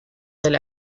del